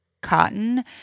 Cotton